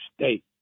state